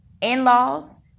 in-laws